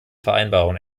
vereinbarungen